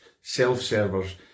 self-servers